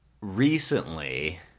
recently